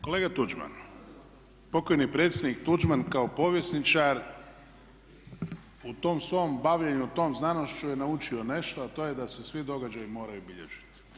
Kolega Tuđman, pokojni predsjednik Tuđman kao povjesničar u tom svom bavljenju tom znanošću je naučio nešto, a to je da se svi događaji moraju bilježiti.